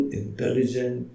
intelligent